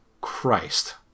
christ